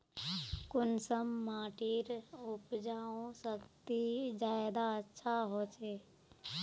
कुंसम माटिर उपजाऊ शक्ति ज्यादा अच्छा होचए?